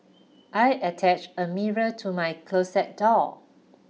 I attached a mirror to my closet door